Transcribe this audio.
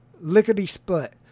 lickety-split